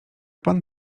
pan